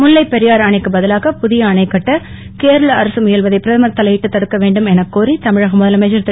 முல்லை பெரியாறு அணைக்கு பதிலாக புதிய அணைக்கட்ட கேரள அரசு முயல்வதை பிரதமர் தலையிட்டு தடுக்க வேண்டும் எனக் கோரி தமிழக முதலமைச்சர் திரு